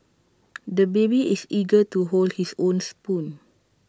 the baby is eager to hold his own spoon